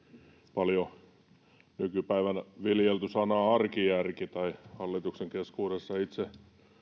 paljon nykypäivänä viljelty sanaa arkijärki hallituksen keskuudessa itse